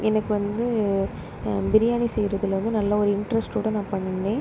எனக்கு வந்து பிரியாணி செய்கிறதுல வந்து நல்ல ஒரு இன்ட்ரஸ்ட்டோடய நான் பண்ணிணேன்